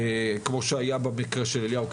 כמו שהיה במקרה של אליהו קיי.